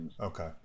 Okay